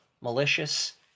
malicious